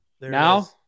Now